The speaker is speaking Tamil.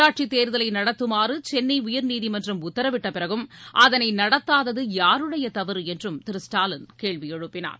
உள்ளாட்சித்தேர்தலை நடத்துமாறு சென்னை உயர்நீதிமன்றம் உத்தரவிட்ட பிறகும் அதனை நடத்தாதது யாருடைய தவறு என்றும் திரு ஸ்டாலின் கேள்வி எழுப்பினார்